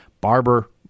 Barber